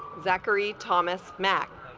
zachary thomas mack